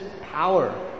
power